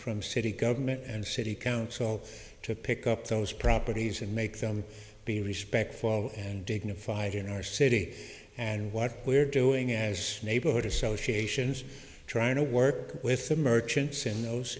from city government and city council to pick up those properties and make them be respectful and dignified in our city and what we're doing as neighborhood associations trying to work with the merchants in those